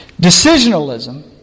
Decisionalism